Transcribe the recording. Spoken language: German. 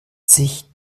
sich